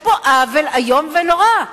יש פה עוול איום ונורא.